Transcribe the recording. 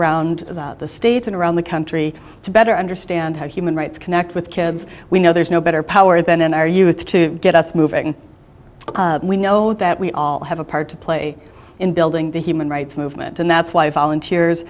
use around the state and around the country to better understand how human rights connect with kids we know there's no better power than our youth to get us moving we know that we all have a part to play in building the human rights movement and that's why volunteer